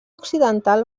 occidental